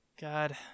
God